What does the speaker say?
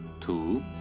two